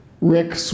Rick